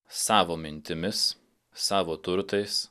savo mintimis savo turtais